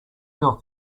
your